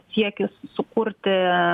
siekis sukurti